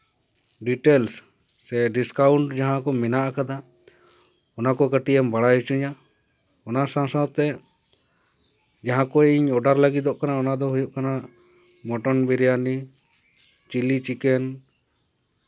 details ᱥᱮ discount ᱡᱟᱦᱟᱸ ᱠᱚ ᱢᱮᱱᱟᱜ ᱠᱟᱫᱟ ᱚᱱᱟ ᱠᱚ ᱠᱟᱹᱴᱤᱡ ᱮᱢ ᱵᱟᱲᱟᱭ ᱦᱚᱪᱚᱧᱟ ᱚᱱᱟ ᱥᱟᱶᱼᱥᱟᱶᱛᱮ ᱡᱟᱦᱟᱸ ᱠᱚ ᱤᱧ ᱚᱰᱟᱨ ᱞᱟᱹᱜᱤᱫᱚᱜ ᱠᱟᱱᱟ ᱚᱱᱟ ᱫᱚ ᱦᱩᱭᱩᱜ ᱠᱟᱱᱟ ᱢᱚᱴᱚᱱ ᱵᱤᱨᱭᱟᱱᱤ ᱪᱤᱞᱤ ᱪᱤᱠᱮᱱ